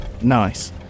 Nice